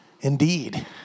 indeed